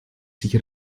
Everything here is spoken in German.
sich